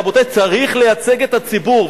רבותי, צריך לייצג את הציבור.